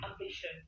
ambition